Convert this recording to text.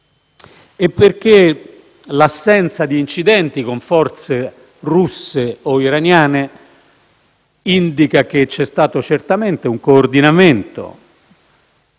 chimiche. L'assenza di incidenti con forze russe o iraniane indica che c'è stato certamente un coordinamento